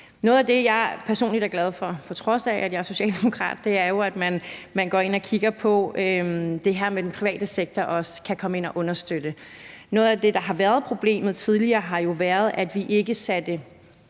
Noget af det, jeg personligt er glad for, på trods af at jeg er socialdemokrat, er, at man går ind og kigger på det her med, at den private sektor også kan komme ind og understøtte. Noget af det, der har været problemet tidligere, har jo været, at vi ikke